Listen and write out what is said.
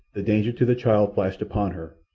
the danger to the child flashed upon her,